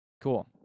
cool